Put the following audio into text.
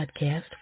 Podcast